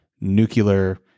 nuclear